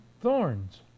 thorns